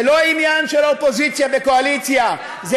זה לא עניין של אופוזיציה וקואליציה, ברור.